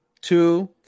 Two